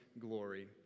glory